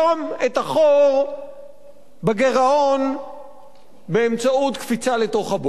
את החור בגירעון באמצעות קפיצה לתוך הבור.